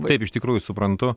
taip iš tikrųjų suprantu